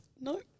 No